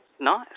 Nice